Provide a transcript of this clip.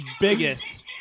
biggest